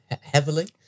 heavily